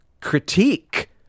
critique